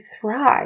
thrive